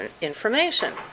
information